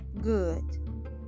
good